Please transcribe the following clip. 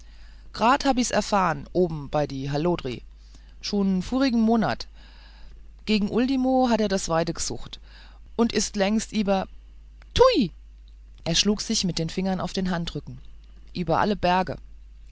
grad hab i's erfahrehn oben bei die hallodri schon vurigen monat gegen uldimoh hat er das weide gesucht und ist längst ieber pbhuit er schlug sich mit den fingern auf den handrücken ieber alle bergöh